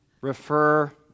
refer